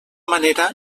manera